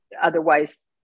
otherwise